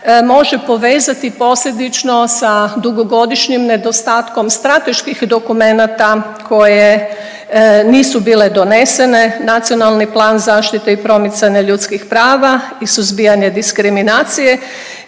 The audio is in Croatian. može povezati posljedično sa dugogodišnjim nedostatkom strateških dokumenata koje nisu bile donesene, Nacionalni plan zaštite i promicanja ljudskih prava i suzbijanje diskriminacije